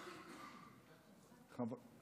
תודה.